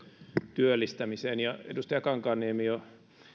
työllistämiseen ja edustaja kankaanniemi jo